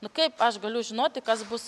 nu kaip aš galiu žinoti kas bus